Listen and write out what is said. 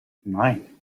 nein